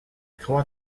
croix